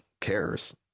cares